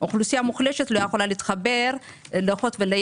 ואוכלוסייה מוחלשת לא יכולה להתחבר ליס